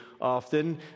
often